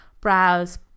browse